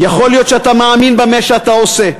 יכול להיות שאתה מאמין במה שאתה עושה.